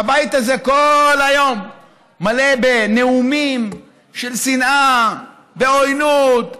הבית הזה כל היום מלא בנאומים של שנאה ועוינות ופילוג.